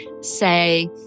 say